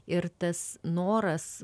ir tas noras